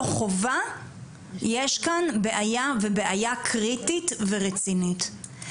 חובה יש כאן בעיה ובעיה קריטית ורצינית.